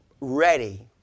ready